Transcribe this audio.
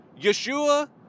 Yeshua